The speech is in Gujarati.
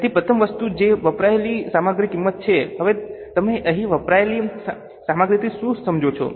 તેથી પ્રથમ વસ્તુ એ વપરાયેલી સામગ્રીની કિંમત છે હવે તમે અહીં વપરાયેલી સામગ્રીથી શું સમજો છો